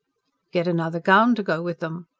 get another gown to go with them.